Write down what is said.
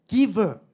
Giver